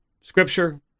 Scripture